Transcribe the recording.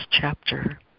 chapter